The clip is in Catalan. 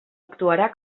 actuarà